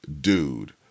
dude